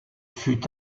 fut